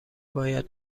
باید